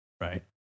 right